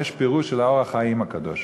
יש פירוש של "אור החיים" הקדוש,